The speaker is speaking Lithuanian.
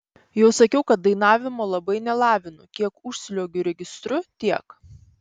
jau sakiau kad dainavimo labai nelavinu kiek užsliuogiu registru tiek